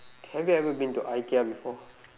have you ever been to IKEA before